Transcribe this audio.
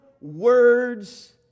words